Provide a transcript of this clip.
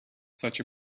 such